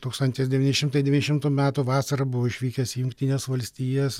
tūkstantis devyni šimtai devyniašimtų metų vasarą buvau išvykęs į jungtines valstijas